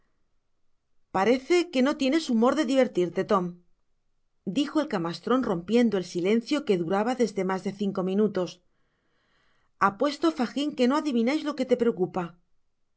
parece que no tienes humor de divertirte tom dijo el camastron rompiendo el silencio que duraba desde mas de cinco minutosapuesto fagin que no adivinais lo que le preocupa